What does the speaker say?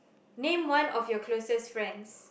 name one of you closest friends